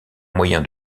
moyen